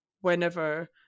whenever